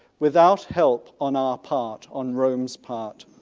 without help on our part, on rome's part.